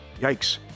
Yikes